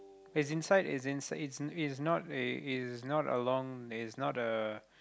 as inside it's in it's it's not a it's not along it's not a